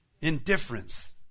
Indifference